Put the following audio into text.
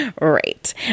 Right